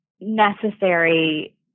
necessary